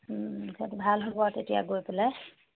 সেইটো ভাল হ'ব তেতিয়া গৈ পেলাই